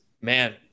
man